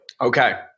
okay